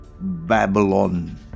Babylon